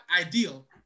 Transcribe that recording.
ideal